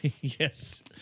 Yes